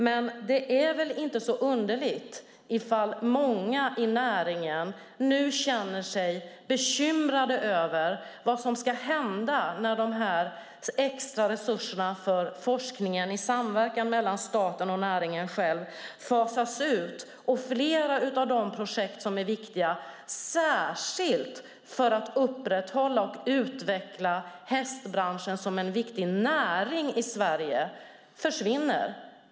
Men det är väl inte så underligt ifall många i näringen nu känner sig bekymrade över vad som ska hända när dessa extra resurser för forskningen i samverkan mellan staten och näringen själv fasas ut och flera av de projekt som är viktiga särskilt för att upprätthålla och utveckla hästbranschen som en viktig näring i Sverige försvinner.